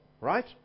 right